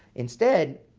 instead,